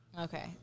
Okay